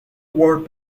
world